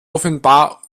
offenbar